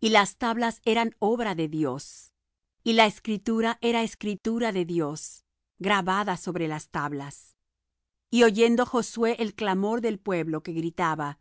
y las tablas eran obra de dios y la escritura era escritura de dios grabada sobre las tablas y oyendo josué el clamor del pueblo que gritaba